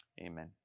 amen